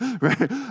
right